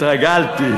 התרגלתי.